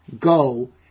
Go